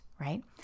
right